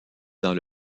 dans